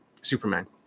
superman